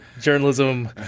journalism